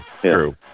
True